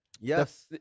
Yes